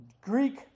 Greek